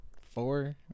Four